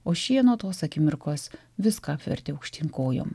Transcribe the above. o šie nuo tos akimirkos viską apvertė aukštyn kojom